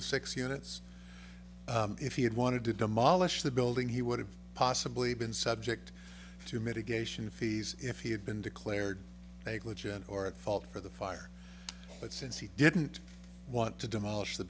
the six units if he had wanted to demolish the building he would have possibly been subject to mitigation fees if he had been declared a legend or at fault for the fire since he didn't want to demolish the